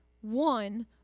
One